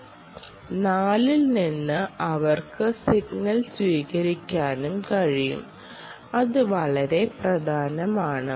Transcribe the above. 4 ൽ നിന്ന് അവർക്ക് സിഗ്നൽ സ്വീകരിക്കാനും കഴിയും അത് വളരെ പ്രധാനമാണ്